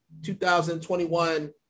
2021